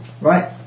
Right